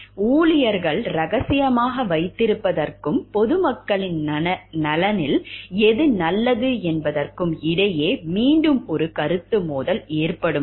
ஊழியர்கள் ரகசியமாக வைத்திருப்பதற்கும் பொது மக்களின் நலனில் எது நல்லது என்பதற்கும் இடையே மீண்டும் ஒரு கருத்து மோதல் ஏற்படும் போது